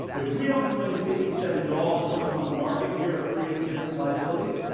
if we don't do any safety studies at all just put this on the market we are free and clear from liability?